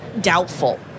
doubtful